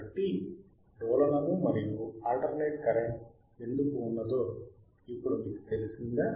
కాబట్టి డోలనము మరియు ఆల్టర్నేట్ కరెంట్ ఎందుకు ఉన్నదో ఇప్పుడు మీకు తెలిసిందా